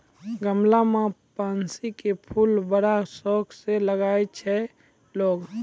गमला मॅ पैन्सी के फूल बड़ा शौक स लगाय छै लोगॅ